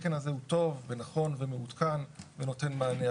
התקן הזה הוא טוב ונכון ומעודכן ונותן מענה.